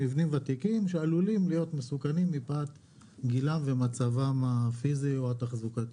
מבנים ותיקים שעלולים להיות מסוכנים מפאת גילם ומצבם הפיזי או התחזוקתי.